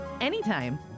anytime